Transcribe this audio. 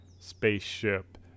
Spaceship